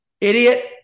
idiot